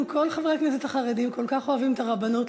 אם כל חברי הכנסת החרדים כל כך אוהבים את הרבנות,